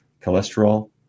cholesterol